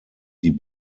die